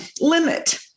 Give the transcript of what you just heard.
limit